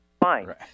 Fine